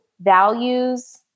values